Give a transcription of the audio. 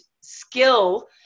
skill